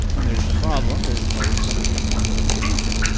when there's a problem, there's always someone coming up with a solution!